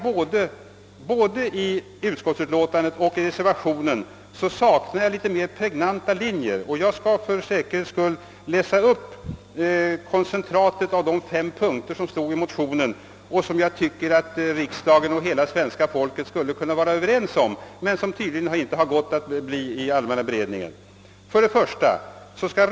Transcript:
Men både i utskottets utlåtande och i reservationen saknar jag mera pregnanta linjer, och jag vill för säkerhets skull läsa upp de fem punkterna i motionen, som jag tycker att alla här i landet skulle kunna vara överens om men som man tydligen inte har kunnat bli enig om i allmänna beredningsutskottet. Motionens punkter är i koncentrat: »1.